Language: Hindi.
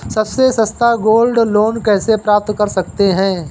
सबसे सस्ता गोल्ड लोंन कैसे प्राप्त कर सकते हैं?